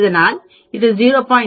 அதனால் இது 0